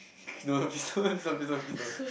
no no don't please don't please don't please don't